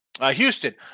Houston